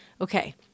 Okay